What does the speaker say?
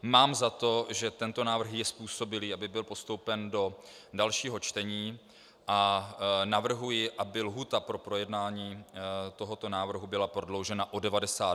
Mám za to, že tento návrh je způsobilý, aby byl postoupen do dalšího čtení, a navrhuji, aby lhůta pro projednání tohoto návrhu byla prodloužena o 90.